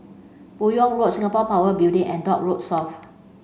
Buyong Road Singapore Power Building and Dock Road South